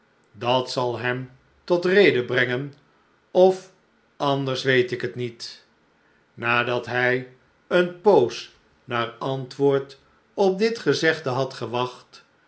dat zal hem tot rede brengen of anders weet ik het niet nadat hij eene poos naar antwoord op dit gezegde had gewacht